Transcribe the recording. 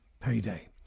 Payday